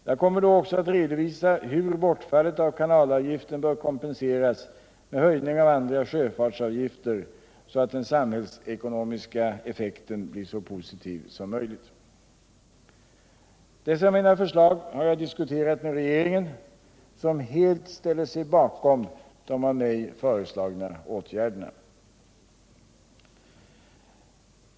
Jag kommer då också att redovisa hur bortfallet av kanalavgiften bör kompenseras med höjning av andra sjöfartsavgifter, så att den samhällsekonomiska effekten blir så positiv som möjligt. Dessa mina förslag har jag diskuterat med regeringen, som helt ställer sig bakom de av mig föreslagna åtgärderna.